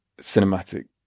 cinematic